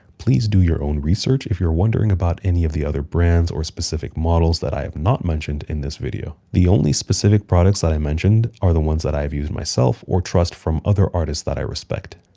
please do your own research if you're wondering about any of the other brands or specific models that i have not mentioned in this video. the only specific products that i mentioned are the ones that i've used myself or trust from other artists that i respect.